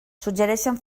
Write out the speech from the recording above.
suggereixen